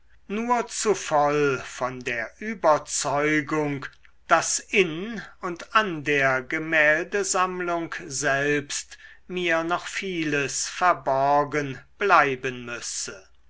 nur zur voll von der überzeugung daß in und an der gemäldesammlung selbst mir noch vieles verborgen bleiben müsse